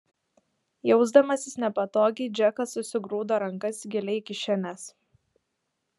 jausdamasis nepatogiai džekas susigrūdo rankas giliai į kišenes